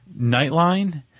Nightline